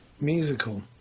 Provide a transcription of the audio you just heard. musical